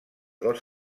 dos